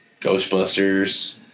Ghostbusters